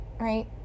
right